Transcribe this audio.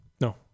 no